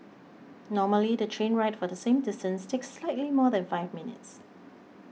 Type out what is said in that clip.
normally the train ride for the same distance takes slightly more than five minutes